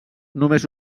només